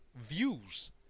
views